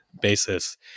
basis